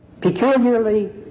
peculiarly